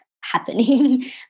happening